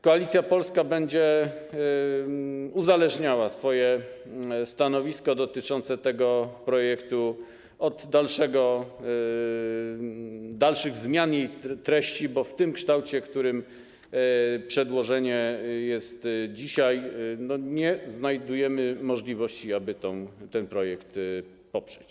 Koalicja Polska będzie uzależniała swoje stanowisko dotyczące tego projektu od dalszych zmian jego treści, bo przy tym kształcie, w którym przedłożenie jest dzisiaj, nie znajdujemy możliwości, aby ten projekt poprzeć.